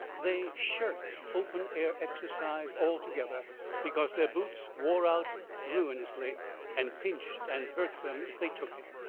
they shirked open-air exercise altogether because their boots wore out ruinously and pinched and hurt them if they took it.